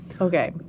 Okay